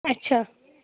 اچھا